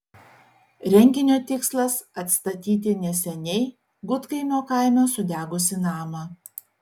renginio tikslas atstatyti neseniai gudkaimio kaime sudegusį namą